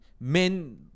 men